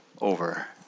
over